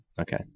Okay